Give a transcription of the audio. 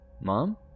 Mom